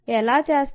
ఎలా చేస్తాం